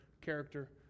character